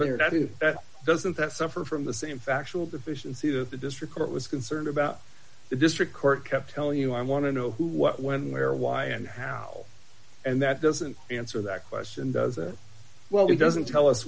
responsibility that if that doesn't that suffer from the same factual deficiency that the district court was concerned about the district court kept telling you i want to know who what when where why and how and that doesn't answer that question does it well he doesn't tell us